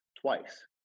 twice